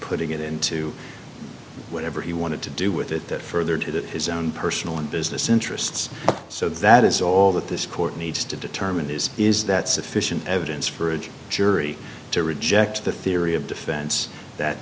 putting it into whatever he wanted to do with it that further to his own personal and business interests so that is all that this court needs to determine is is that sufficient evidence for a jury to reject the theory of defense that